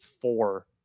four